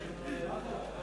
לך.